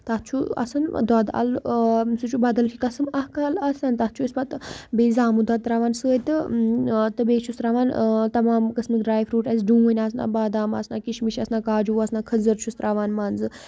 تَتھ چھُ آسان دۄدٕ اَلہٕ سُہ چھُ بَدَل کینٛہہ قٕسٕم اَکھ اَل آسان تَتھ چھُ أسۍ پَتہٕ بیٚیہِ زامُت دۄد ترٛاوان سۭتۍ تہٕ تہٕ بیٚیہِ چھُس ترٛاوان تَمام قٕسمٕکۍ ڈرٛاے فِرٛوٗٹ آسہِ ڈوٗنۍ آسنہ بادام آسنہ کِشمِش آسنہ کاجوٗ آسنہ کھٔزٕر چھُس ترٛاوان منٛزٕ